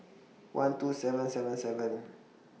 one two seven seven seven